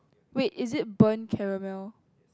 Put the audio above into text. wait is it burned caramel